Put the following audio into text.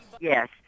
Yes